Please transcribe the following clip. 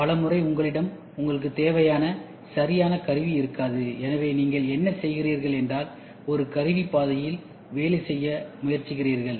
பல முறை உங்களிடம் உங்களுக்கு தேவையான சரியான கருவி இருக்காது எனவே நீங்கள் என்ன செய்கிறீர்கள் என்றால் ஒரு கருவி பாதையில் வேலை செய்ய முயற்சிக்கிறீர்கள்